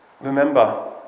Remember